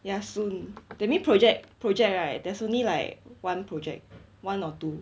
ya soon the main project project right there's only like one project one or two